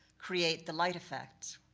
create the light effects.